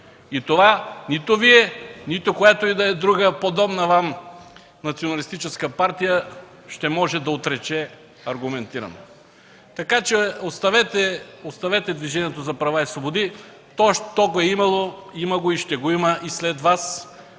И това нито Вие, нито която и да е друга подобна Вам националистическа партия ще може да отрече аргументирано. Така че оставете Движението за права и свободи – него го е имало, има го, и ще го има и след Вас.